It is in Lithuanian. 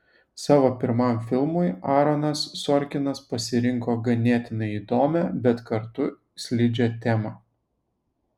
savo pirmam filmui aaronas sorkinas pasirinko ganėtinai įdomią bet kartu slidžią temą